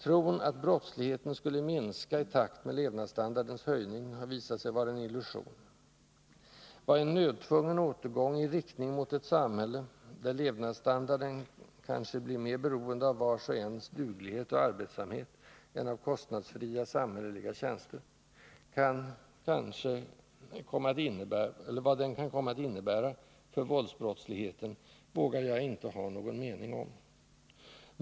Tron att brottsligheten skulle minska i takt med levnadsstandardens höjning har visat sig vara en illusion. Vad en nödtvungen återgång i riktning mot ett samhälle där levnadsstandarden kanske blir mer beroende av vars och ens duglighet och arbetsamhet än av kostnadsfria samhälleliga tjänster kan komma att innebära för våldsbrottsligheten vågar jag inte ha någon mening om.